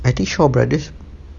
I think Shaw Brothers